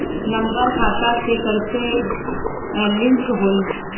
Number खाता से कईसे लिंक होई?